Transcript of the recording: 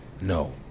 No